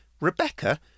Rebecca